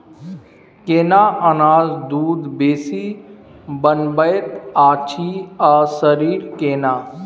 केना अनाज दूध बेसी बनबैत अछि आ शरीर केना?